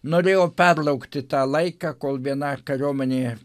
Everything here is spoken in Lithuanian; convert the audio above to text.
norėjo perlaukti tą laiką kol viena kariuomenė